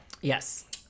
Yes